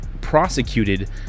prosecuted